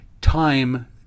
time